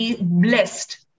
blessed